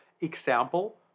example